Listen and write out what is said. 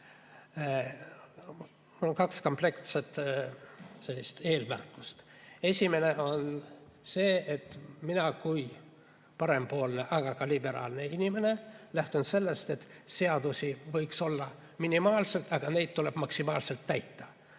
Mul on kaks kompleksset eelmärkust. Esimene on see, et mina kui parempoolne, aga ka liberaalne inimene lähtun sellest, et seadusi võiks olla minimaalselt, aga neid tuleb maksimaalselt täita.